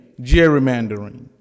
gerrymandering